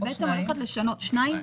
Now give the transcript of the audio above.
את בעצם הולכת לשנות --- או שניים.